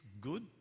good